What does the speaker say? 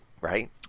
right